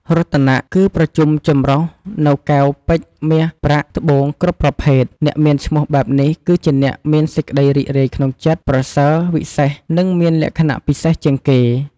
រតនៈ គឺប្រជុំចម្រុះនូវ កែវ ពេជ្យ មាស ប្រាក់ ត្បូងគ្រប់ប្រភេទ។អ្នកមានឈ្មោះបែបនេះគឺជាអ្នកមានសេចក្តីរីករាយក្នុងចិត្ត ប្រសើរវិសេសនិងមានលក្ខណៈពិសេសជាងគេ។